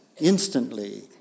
Instantly